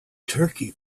turkey